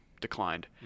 declined